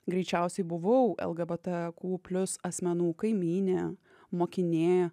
greičiausiai buvau lgbtq plius asmenų kaimynė mokinė